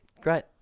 great